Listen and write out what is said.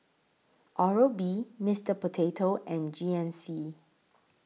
Oral B Mister Potato and G N C